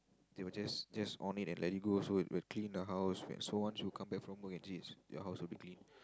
they will just just on it and let it go also will clean the house so once you come back from work actually is your house will be clean